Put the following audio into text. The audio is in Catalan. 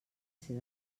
ser